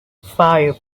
five